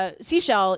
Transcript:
Seashell